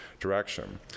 direction